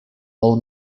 all